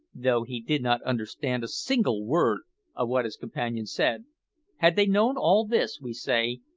though he did not understand a single word of what his companion said had they known all this, we say,